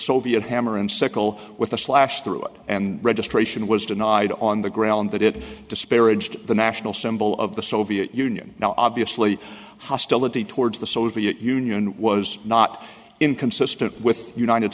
soviet hammer and sickle with a slash through it and registration was denied on the grounds that it disparaged the national symbol of the soviet union now obviously hostility towards the soviet union was not inconsistent with united